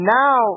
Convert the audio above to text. now